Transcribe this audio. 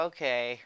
Okay